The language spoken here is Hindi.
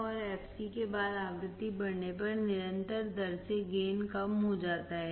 औरfc के बाद आवृत्ति बढ़ने पर निरंतर दर से गेन कम हो जाता है